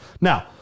Now